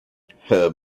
her